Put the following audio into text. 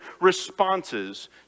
responses